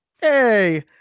hey